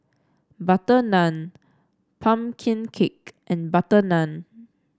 butter naan pumpkin cake and butter naan